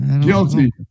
Guilty